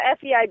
FEI